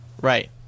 Right